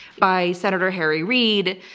by senator harry reid,